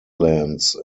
lands